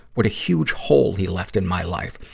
what a huge hole he left in my life,